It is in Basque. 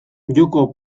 joko